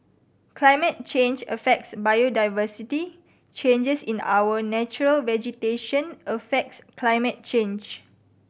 climate change affects biodiversity changes in our natural vegetation affects climate change